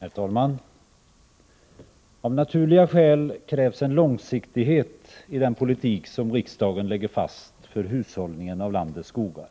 Herr talman! Av naturliga skäl krävs en långsiktighet i den politik som riksdagen lägger fast för hushållningen av landets skogar.